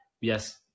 yes